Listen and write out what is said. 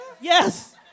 Yes